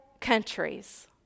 countries